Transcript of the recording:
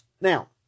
Now